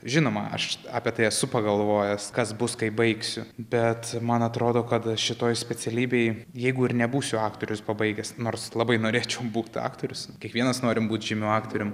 žinoma aš apie tai esu pagalvojęs kas bus kai baigsiu bet man atrodo kad šitoj specialybėj jeigu ir nebūsiu aktorius pabaigęs nors labai norėčiau būt aktorius kiekvienas norim būt žymiu aktorium